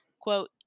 quote